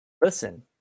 Listen